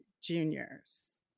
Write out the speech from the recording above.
Juniors